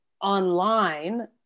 online